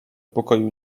pokoju